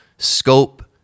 Scope